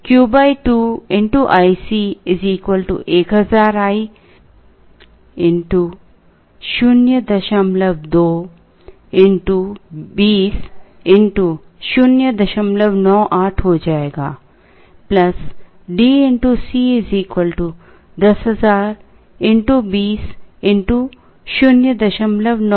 इसलिए Q 2 x i C 1000 i x 02 x 20 x 098 हो जाएगा D x C 10000 x 20 x 098